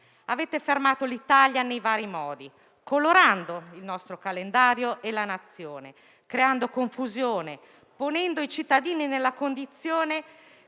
Avete fermato l'Italia in vari modi, colorando il nostro calendario e la nazione, creando confusione, ponendo i cittadini, quando